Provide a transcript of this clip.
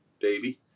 baby